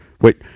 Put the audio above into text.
wait